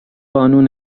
قانون